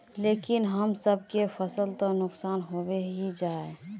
लेकिन हम सब के फ़सल तो नुकसान होबे ही जाय?